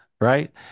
right